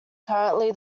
currently